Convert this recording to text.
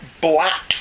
black